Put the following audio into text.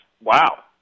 wow